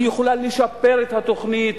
היא יכולה לשפר את התוכנית,